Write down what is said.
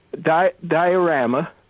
diorama